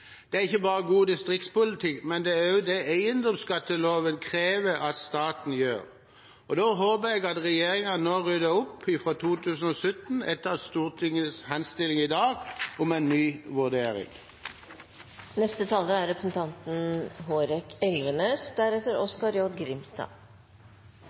Det er ikke bare god distriktspolitikk, men det er også det eiendomsskatteloven krever at staten gjør, og da håper jeg at regjeringen nå rydder opp fra 2017, etter Stortingets henstilling i dag om en ny